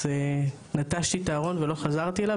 אז נטשתי את הארון ולא חזרתי אליו